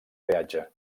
peatge